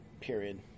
period